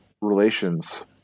relations